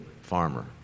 farmer